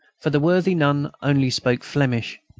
for the worthy nun only spoke flemish,